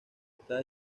está